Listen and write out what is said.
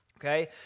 okay